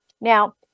Now